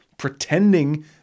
pretending